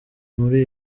muri